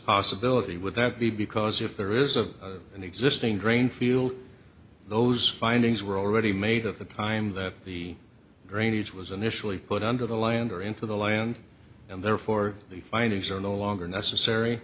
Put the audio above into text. possibility would that be because if there is of an existing drain field those findings were already made at the time that the drainage was initially put under the land or into the land and therefore the findings are no longer necessary